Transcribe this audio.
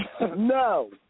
No